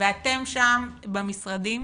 ואתם שם במשרדים